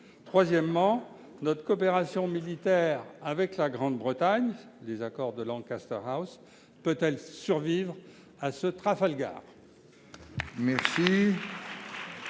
? Enfin, notre coopération militaire avec la Grande-Bretagne- je pense aux accords de Lancaster House -peut-elle survivre à ce Trafalgar ?